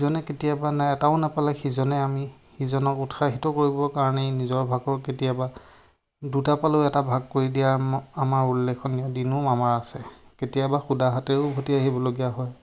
ইজনে কেতিয়াবা নাই এটাও নাপালে সিজনে আমি ইজনক উৎসাহীত কৰিবৰ কাৰণে নিজৰ ভাগৰ কেতিয়াবা দুটা পালেও এটা ভাগ কৰি দিয়া আমাৰ উল্লেখনীয় দিনো আমাৰ আছে কেতিয়াবা সুদা হাতেৰেও উভতি আহিবলগীয়া হয়